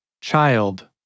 Child